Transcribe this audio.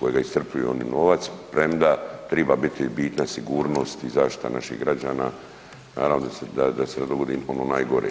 kojega iscrpljuju … novac premda triba biti bitna sigurnost i zaštita naših građana, naravno da se ne dogodi ono najgore.